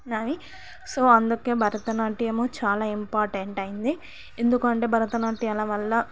నవి so అందుకే భారతనాట్యము చాలా ఇంపార్టెంట్ అయ్యింది ఎందుకంటే భారతనాట్యాల వల్ల